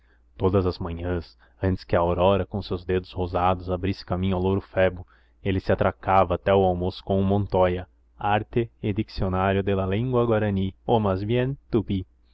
todas as manhãs antes que a aurora com seus dedos rosados abrisse caminho ao louro febo ele se atracava até ao almoço com o montoya arte y diccionario de la lengua guaraní